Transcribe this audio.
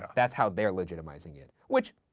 that's how they're legitimizing it. which,